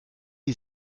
die